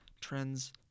trends